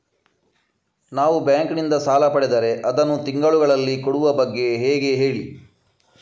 ನಾವು ಬ್ಯಾಂಕ್ ನಿಂದ ಸಾಲ ಪಡೆದರೆ ಅದನ್ನು ತಿಂಗಳುಗಳಲ್ಲಿ ಕೊಡುವ ಬಗ್ಗೆ ಹೇಗೆ ಹೇಳಿ